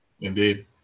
Indeed